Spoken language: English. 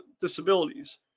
disabilities